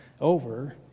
over